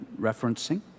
referencing